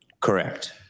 Correct